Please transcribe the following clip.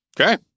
Okay